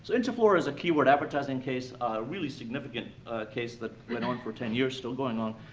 so interflora is a keyword advertising case, a really significant case that went on for ten years, still going on.